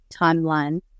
timeline